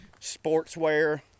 sportswear